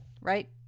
right